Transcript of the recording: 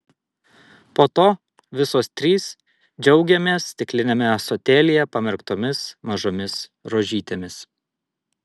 po to visos trys džiaugiamės stikliniame ąsotėlyje pamerktomis mažomis rožytėmis